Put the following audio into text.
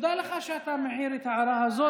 תודה לך שאתה מעיר את ההערה הזאת.